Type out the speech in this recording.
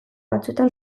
batzuetan